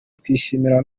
twishimira